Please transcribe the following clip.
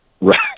Right